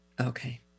Okay